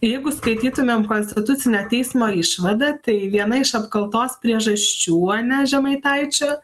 jeigu skaitytumėm konstitucinio teismo išvadą tai viena iš apkaltos priežasčių ane žemaitaičio